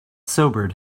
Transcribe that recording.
sobered